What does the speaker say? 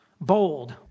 Bold